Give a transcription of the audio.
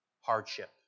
hardship